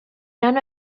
none